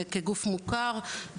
כגוף מוכר,